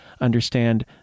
understand